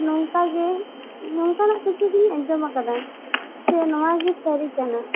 ᱱᱚᱝᱠᱟ ᱜᱮ ᱱᱚᱝᱠᱟᱱᱟᱜ ᱠᱤᱪᱷᱩ ᱜᱮᱧ ᱟᱸᱡᱚᱢ ᱟᱠᱟᱫᱟ ᱥᱮ ᱱᱚᱣᱟ ᱜᱮ ᱥᱟᱹᱨᱤ ᱠᱟᱱᱟ